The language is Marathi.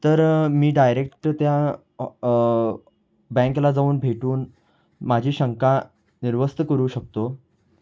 तर मी डायरेक्ट त्या बँकला जाऊन भेटून माझी शंका निर्वस्त करू शकतो